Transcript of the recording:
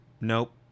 nope